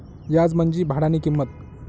याज म्हंजी भाडानी किंमत